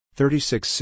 thirty-six